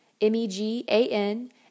M-E-G-A-N